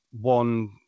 one